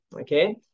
okay